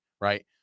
right